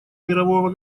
мирового